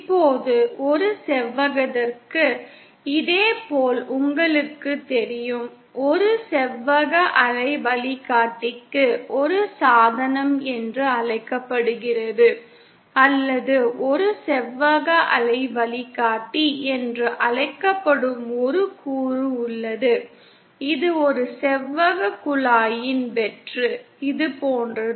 இப்போது ஒரு செவ்வகத்திற்கு இதேபோல் உங்களுக்குத் தெரியும் ஒரு செவ்வக அலை வழிகாட்டிக்கு ஒரு சாதனம் என்று அழைக்கப்படுகிறது அல்லது ஒரு செவ்வக அலை வழிகாட்டி என்று அழைக்கப்படும் ஒரு கூறு உள்ளது இது ஒரு செவ்வகக் குழாயின் வெற்று இது போன்றது